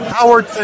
Howard